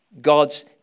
God's